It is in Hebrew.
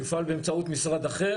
זה יופעל באמצעות משרד אחד.